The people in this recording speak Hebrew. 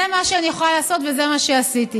זה מה שאני יכולה לעשות וזה מה שעשיתי.